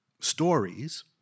stories